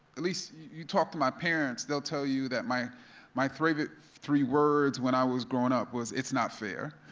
at least you talk to my parents, they'll tell you that my favorite three but three words when i was growing up was, it's not fair.